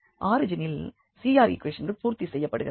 ஆரிஜினில் CR ஈக்குவேஷன்கள் பூர்த்தி செய்யப்படுகிறது